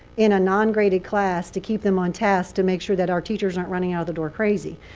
in a non-graded class, to keep them on task, to make sure that our teachers aren't running out of the door crazy?